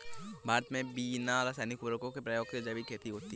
भारत मे बिना रासायनिक उर्वरको के प्रयोग के जैविक खेती होती है